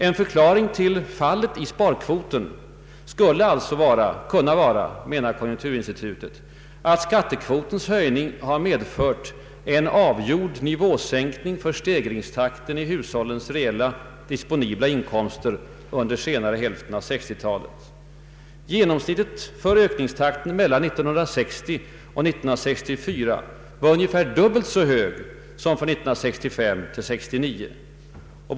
En förklaring till fallandet av sparkvoten skulle alltså kunna vara, menar konjunkturinstitutet, att skattekvotens höjning medfört ”en avgjord nivåsänkning för stegringstakten i hushållens reella disponibla inkomster under senare hälften av 1960-talet”. Genomsnittet för ökningstakten mellan 1960 och 1964 var ungefär dubbelt så högt som för 1965—1969.